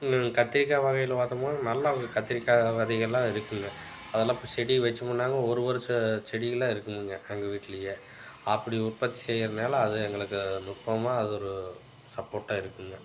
கத்திரிக்காய் வகையில் பார்த்தமுன்னா நல்லா அந்த கத்திரிக்காய் விதைகள்லாம் இருக்குங்க அதெல்லாம் இப்போ செடி வெச்சோமுன்னாங்க ஒரு ஒரு செ செடிகளாக இருக்குமுங்க எங்கள் வீட்லையே அப்படி உற்பத்தி செய்யறதுனால அது எங்களுக்கு நுட்பமாக அது ஒரு சப்போர்ட்டாக இருக்குங்க